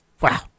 Wow